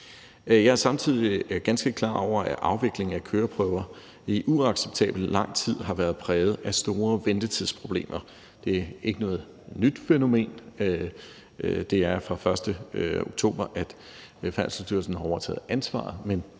Jeg er samtidig ganske klar over, at afvikling af køreprøver i uacceptabelt lang tid har været præget af store ventetidsproblemer. Det er ikke noget nyt fænomen, for det er fra 1. oktober, at Færdselsstyrelsen har overtaget ansvaret,